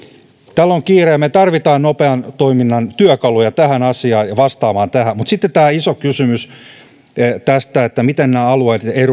tällä on kiire ja me tarvitsemme nopean toiminnan työkaluja tähän asiaan ja vastaamaan tähän mutta sitten tämä iso kysymys miten nämä alueitten